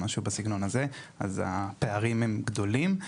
אז הפערים הם גדולים.